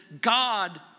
God